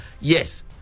Yes